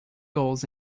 goals